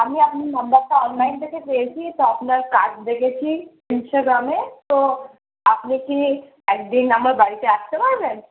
আমি আপনার নম্বরটা অনলাইন থেকে পেয়েছি তো আপনার কার্ড দেখেছি ইন্সটাগ্রামে তো আপনি কি একদিন আমার বাড়িতে আসতে পারবেন